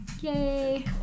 yay